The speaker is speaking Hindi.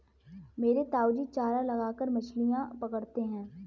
मेरे ताऊजी चारा लगाकर मछलियां पकड़ते हैं